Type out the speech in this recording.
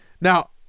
Now